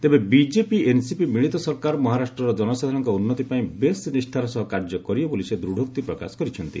ତେବେ BJP NCP ମିଳିତ ସରକାର ମହାରାଷ୍ଟ୍ରର ଜନସାଧାରଣଙ୍କ ଉନ୍ନତି ପାଇଁ ବେଶ୍ ନିଷ୍ଠାର ସହ କାର୍ଯ୍ୟ କରିବ ବୋଲି ସେ ଦୂଡ଼ୋକ୍ତି ପ୍ରକାଶ କରିଛନ୍ତି